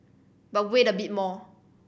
but wait a bit more